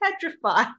petrified